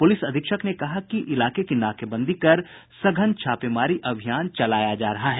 police अधीक्षक ने बताया कि इलाके की नाकेबंदी कर सघन छापेमारी अभियान चलाया जा रहा है